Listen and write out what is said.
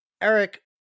Eric